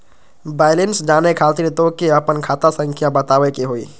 Balance जाने खातिर तोह के आपन खाता संख्या बतावे के होइ?